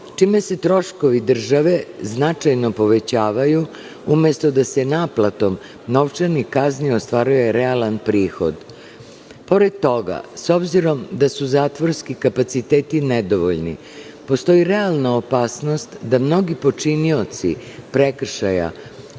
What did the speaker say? čime se troškovi države značajno povećavaju, umesto da se naplatom novčanih kazni ostvaruje realan prihod. Pored toga, s obzirom da su zatvorski kapaciteti nedovoljni, postoji realna opasnost da mnogi počinioci prekršaja,